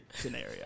scenario